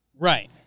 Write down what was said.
Right